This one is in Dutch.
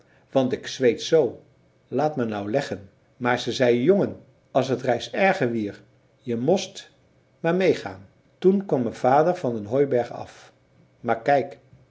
want ik zweet zoo laat me nou leggen maar ze zeiën jongen as t reis erger wier je most maar mee gaan toen kwam me vader van den hooiberg af maar kijk